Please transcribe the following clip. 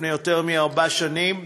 לפני יותר מארבע שנים,